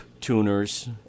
tuners